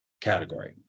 category